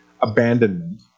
abandonment